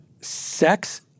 Sex